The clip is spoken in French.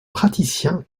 praticien